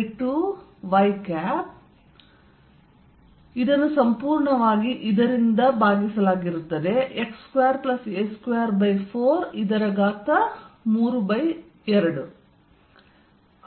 F214π0Qqxxa2yx2a2432